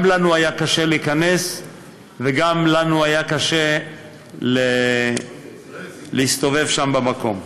גם לנו היה קשה להיכנס וגם לנו היה קשה להסתובב שם במקום: